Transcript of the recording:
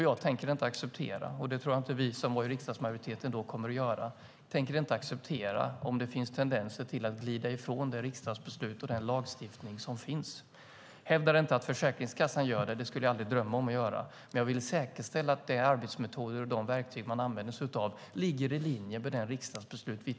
Jag tänker inte acceptera - inte heller vi som utgjorde riksdagsmajoriteten då - om det finns tendenser att glida ifrån det riksdagsbeslut och den lagstiftning som finns. Jag hävdar inte att Försäkringskassan gör det - det skulle jag aldrig drömma om att göra - men jag vill säkerställa att de arbetsmetoder och verktyg som används ligger i linje med riksdagens beslut.